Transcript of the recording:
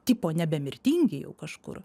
tipo nebemirtingi jau kažkur